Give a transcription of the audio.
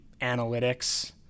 analytics